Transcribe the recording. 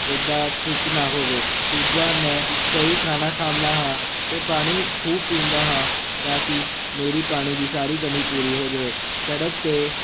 ਇੱਦਾਂ ਖਿੱਚ ਨਾ ਹੋਵੇ ਤੀਜਾ ਮੈਂ ਸਹੀ ਖਾਣਾ ਖਾਂਦਾ ਹਾਂ ਅਤੇ ਪਾਣੀ ਖੂਬ ਪੀਂਦਾ ਹਾਂ ਤਾਂ ਕਿ ਮੇਰੀ ਪਾਣੀ ਦੀ ਸਾਰੀ ਕਮੀ ਪੂਰੀ ਹੋ ਜਾਵੇ ਸੜਕ 'ਤੇ